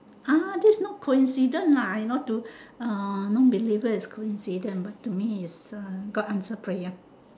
ah this is not coincident lah I know to a non-believer it's coincident but to me is uh god answered prayer